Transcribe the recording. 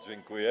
Dziękuję.